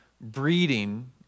breeding